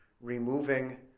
removing